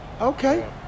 Okay